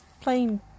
plain